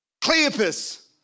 Cleopas